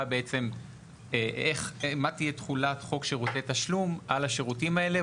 בעצם מה תהיה תכולת חוק שירותי תשלום על השירותים האלה?